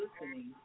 listening